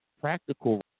practical